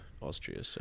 Austria